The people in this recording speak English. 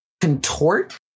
contort